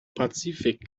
pazifik